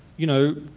you know,